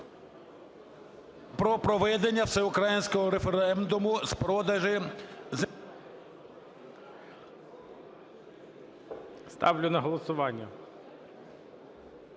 Ставлю на голосування